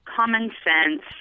common-sense